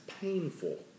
painful